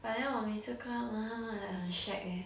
but then 我每次看他们他们 like 很 shag eh